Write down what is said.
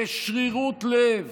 בשרירות לב